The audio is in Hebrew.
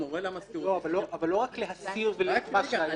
הוא מורה למזכירות להסתכל --- אבל לא רק להסיר את מה שהיה,